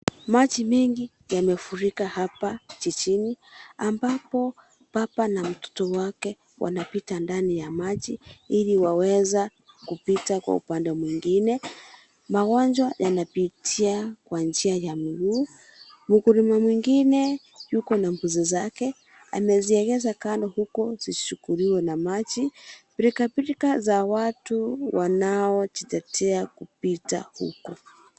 Maji mengi yamefurika hapa jijini, ambapo baba na mtoto wake wanapita ndani ya maji, ili waweza kupita kwa upande mwingine. Magonjwa yanapitia kwa njia ya mguu. Mkulima mwingine yuko na mbuzi zake, ameziegeza kando huku, zisichukuliwe na maji. Pilkapilka za watu wanaojitetea kupita huku.